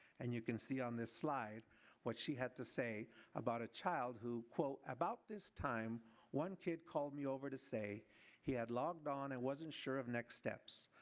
and you can see on this slide what she had to say about a child who, quote, about this time one kid called me over to say he had logged on and wasn't sure of next steps.